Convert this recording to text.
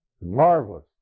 Marvelous